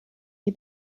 die